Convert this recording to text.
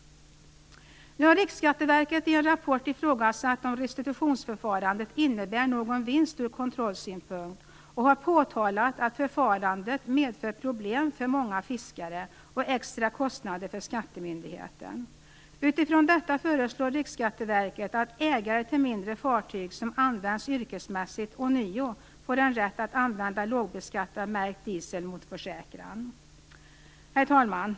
Nu har Riksskatteverket i en rapport ifrågasatt om restitutionsförfarandet innebär någon vinst ur kontrollsynpunkt och påtalat att förfarandet medför problem för många fiskare och extra kostnader för skattemyndigheten. Utifrån detta föreslår Riksskatteverket att ägare till mindre fartyg som används yrkesmässigt ånyo skall få rätt att använda lågbeskattad märkt diesel mot försäkran. Herr talman!